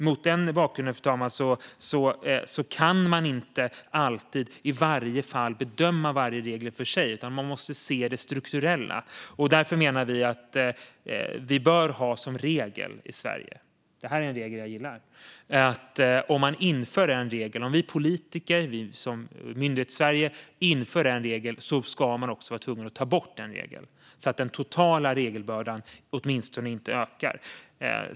Mot den bakgrunden, fru talman, kan man inte alltid bedöma varje regel för sig, utan man måste se det strukturella. Därför menar vi att vi bör ha som regel i Sverige - det här är en regel som jag gillar - att om vi politiker, vi som Myndighetssverige, inför en regel ska vi vara tvungna att ta bort en regel så att den totala regelbördan åtminstone inte ökar.